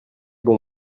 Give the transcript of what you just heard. bon